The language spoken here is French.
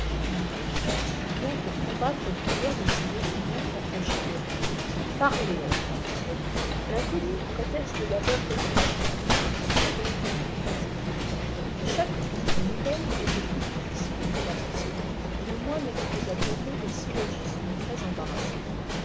lui déclare qu'il vient pour combattre plusieurs de ses opinions entachées d'erreurs parlez répond luther l'inconnu prétexte d'abord quelques difficultés que luther résout aisément mais chaque question nouvelle élait plus difficile que la précédento et le moine exposa bientôt des syllogismes